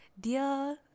dear